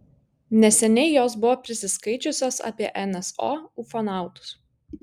neseniai jos buvo prisiskaičiusios apie nso ufonautus